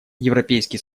европейский